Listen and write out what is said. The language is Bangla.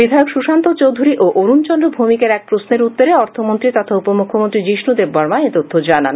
বিধায়ক সুশান্ত চৌধুরী ও অরুণ চন্দ্র ভৌমিকের এক প্রশ্নের উত্তরে অর্থমন্ত্রী তথা উপমুখ্যমন্ত্রী যীষ্ণু দেববর্মা এতথ্য জানান